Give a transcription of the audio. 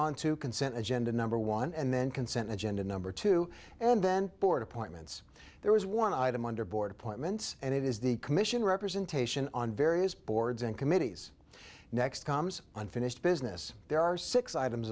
on to consent agenda number one and then consent agenda number two and then board appointments there is one item under board appointments and it is the commission representation on various boards and committees next comes unfinished business there are six items